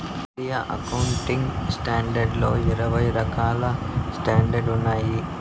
Indian accounting standards లో ఇరవై రకాల స్టాండర్డ్స్ ఉన్నాయి